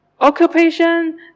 occupation